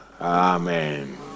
Amen